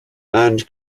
and